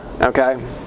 Okay